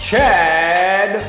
Chad